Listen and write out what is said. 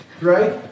right